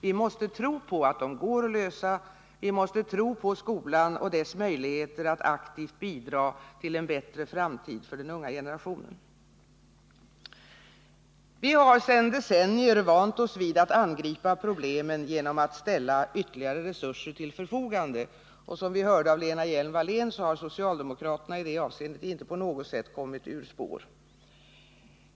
Vi måste tro på att de går att lösa. Vi måste tro på skolan och dess möjligheter att aktivt bidra till en bättre framtid för den unga generationen. Vi har sedan decennier vant oss vid att angripa problemen genom att ställa ytterligare resurser till förfogande, och som vi hörde av Lena Hjelm-Wallén har socialdemokraterna i det avseendet inte på något sätt kommit ur spår.